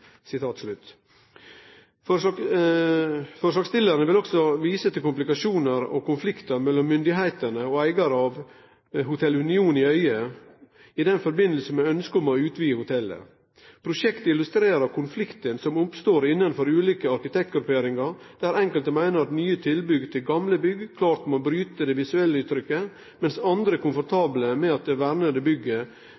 Forslagsstillerne viser også til komplikasjoner og konflikter mellom myndigheter og eiere av Hotel Union i Øye i forbindelse med ønsket om å utvide hotellet. Prosjektet illustrerer konflikter som oppstår innenfor ulike arkitektgrupperinger, der enkelte mener at nye tilbygg til gamle bygg klart må bryte det visuelle utrykket, mens andre